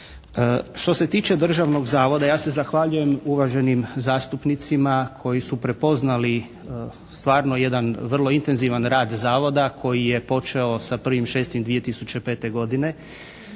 Što se tiče Državnog zavoda, ja se zahvaljujem uvaženim zastupnicima koji su prepoznali stvarno jedan vrlo intenzivan rad Zavoda koji je počeo sa 1.6.2005. godine.